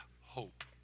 hope